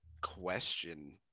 question